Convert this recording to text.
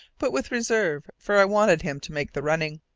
but with reserve, for i wanted him to make the running.